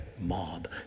mob